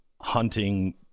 hunting